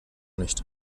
nicht